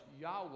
Yahweh